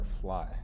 fly